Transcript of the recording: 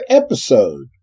episode